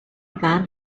van